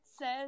says